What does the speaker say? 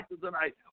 tonight